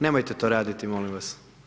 Nemojte to raditi, molim vas.